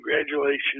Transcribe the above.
congratulations